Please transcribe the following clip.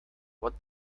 what